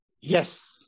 yes